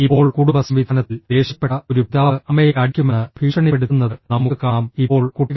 ഇപ്പോൾ കുടുംബസംവിധാനത്തിൽ ദേഷ്യപ്പെട്ട ഒരു പിതാവ് അമ്മയെ അടിക്കുമെന്ന് ഭീഷണിപ്പെടുത്തുന്നത് നമുക്ക് കാണാം ഇപ്പോൾ കുട്ടികൾ